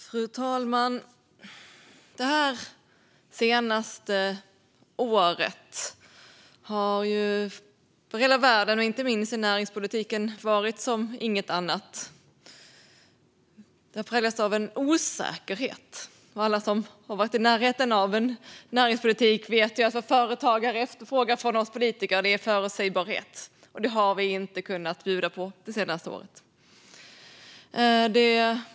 Fru talman! Det senaste året har för hela världen, inte minst i näringspolitiken, varit som inget annat. Det har präglats av en osäkerhet. Alla som har varit i närheten av näringspolitik vet att vad företagare efterfrågar från oss politiker är förutsägbarhet, och det har vi inte kunnat bjuda på det senaste året.